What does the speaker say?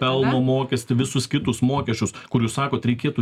pelno mokestį visus kitus mokesčius kur jūs sakot reikėtų